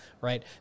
right